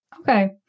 Okay